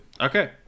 okay